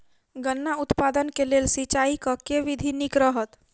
गन्ना उत्पादन केँ लेल सिंचाईक केँ विधि नीक रहत?